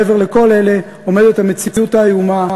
מעבר לכל אלה עומדת המציאות האיומה